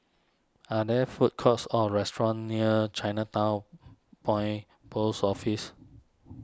are there food courts or restaurants near Chinatown Point Post Office